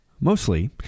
Mostly